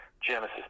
Genesis